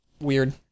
Weird